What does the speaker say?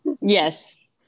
Yes